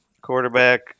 quarterback